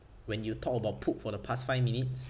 when you talk about poop for the past five minutes